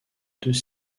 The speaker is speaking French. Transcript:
deux